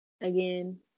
again